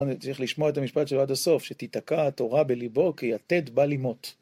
צריך לשמוע את המשפט שלו עד הסוף, שתיתקע התורה בליבו כיתד בל ימות.